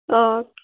okay